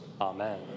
Amen